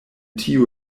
tiu